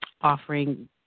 offering